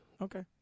Okay